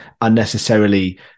unnecessarily